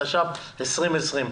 התש"ף-2020.